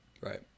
Right